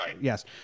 Yes